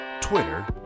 Twitter